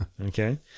Okay